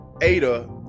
Ada